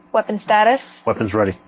weapons status. weapons ready.